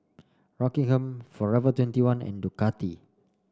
Rockingham Forever twenty one and Ducati